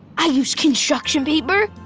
i used construction paper,